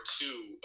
two